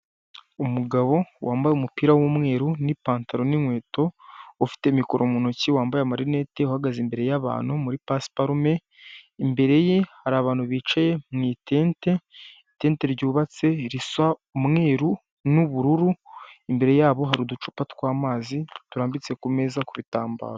Umugabo wambaye umupira w'umweru n'ipantaro n'inkweto ufite mikoro mu ntoki wambaye amarinet uhagaze imbere y'abantu muri pasiparume imbere ye hari abantu bicaye m'itete ryubatse risa umweru n'ubururu imbere yabo hari uducupa tw'amazi turambitse ku meza ku bitambaro.